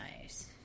nice